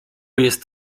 jest